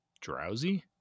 drowsy